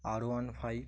R one five